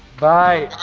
bye!